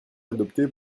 adopté